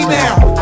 now